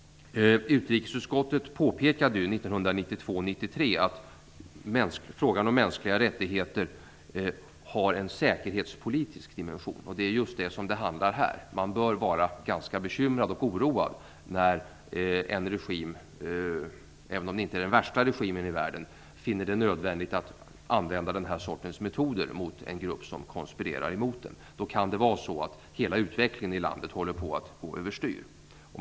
Utrikesutskottet påpekade 1992/93 att frågan om mänskliga rättigheter har en säkerhetspolitisk dimension. Det är just vad det här handlar om. Man bör vara ganska bekymrad och oroad när en regim, även om det inte är den värsta regimen i världen, finner det nödvändigt att använda den här sortens metoder mot en grupp som konspirerar emot den. Då kan det vara så att hela utvecklingen i landet håller på att gå överstyr.